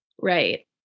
Right